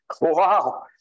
Wow